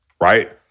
right